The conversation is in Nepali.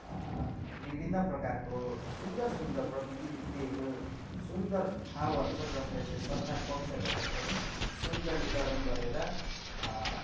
विभिन्न प्रकारको सुन्दर सुन्दर प्रकृतिले दिएको सुन्दर ठाउँहरू छ जसलाई चाहिँ सरकार पक्षबाट पनि सुन्दरिकरण गरेर